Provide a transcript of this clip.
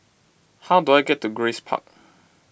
how do I get to Grace Park